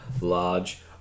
large